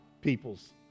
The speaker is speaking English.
people's